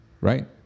right